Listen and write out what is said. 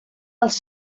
els